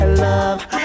love